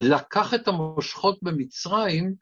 ‫לקח את המושכות במצרים.